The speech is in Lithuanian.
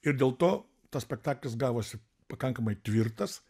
ir dėl to tas spektaklis gavosi pakankamai tvirtas